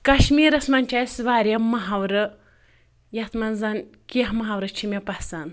کَشمیٖرَس منٛز چھِ اَسہِ واریاہ مَحاورٕ یَتھ منٛز کینٛہہ محاورٕ چھِ مےٚ پَسنٛد